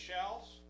shells